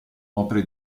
opere